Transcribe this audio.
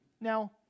Now